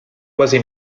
quasi